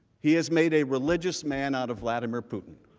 he has made a religious man out of vladimir putin.